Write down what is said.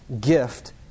gift